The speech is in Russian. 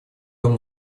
дом